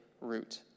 root